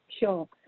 Sure